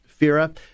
Fira